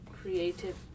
creative